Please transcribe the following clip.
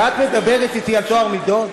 ואת מדברת אתי על טוהר מידות?